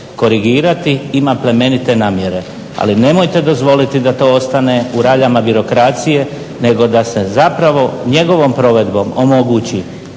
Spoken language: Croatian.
korigirati ima plemenite namjere, ali nemojte dozvoliti da to ostane u raljama birokracije nego da se zapravo njegovom provedbom omogući